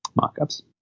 mock-ups